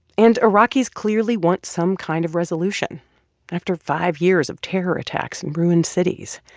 and iraqis clearly want some kind of resolution after five years of terror attacks and ruined cities.